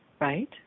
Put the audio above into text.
right